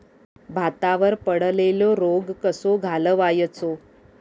भातावर पडलेलो रोग कसो घालवायचो?